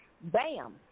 bam